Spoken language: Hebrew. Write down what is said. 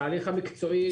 התהליך המקצועי,